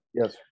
Yes